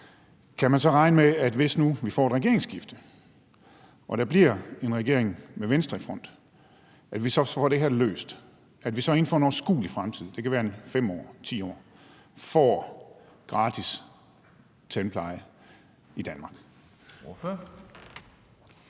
Kan vi så regne med, at vi, hvis nu vi får et regeringsskifte og der bliver en regering med Venstre i front, får det her løst, og at vi så inden for en overskuelig fremtid – det kan være 5 år, 10 år – får gratis tandpleje i Danmark?